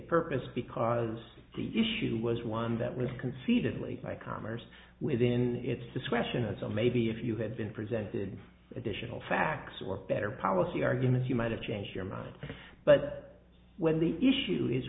purpose because the issue was one that was concededly by commerce within its discretion and so maybe if you had been presented additional facts or better policy arguments you might have changed your mind but when the issue is